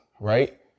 right